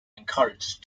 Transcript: encouraged